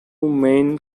main